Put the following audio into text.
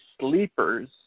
sleepers